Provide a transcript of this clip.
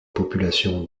population